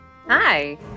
Hi